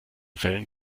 fällen